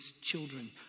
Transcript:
children